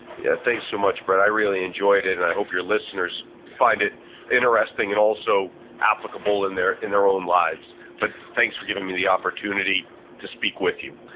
yeah, thanks so much brett. i really enjoyed it and i hope your listeners find it interesting and also applicable in their in their own lives, but thanks for giving me the opportunity to speak with you.